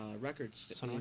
Records